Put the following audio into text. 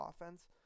offense